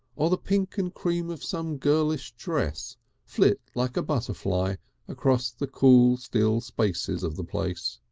or the pink and cream of some girlish dress flit like a butterfly across the cool still spaces of the place.